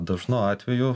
dažnu atveju